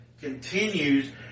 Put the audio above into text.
continues